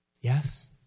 Yes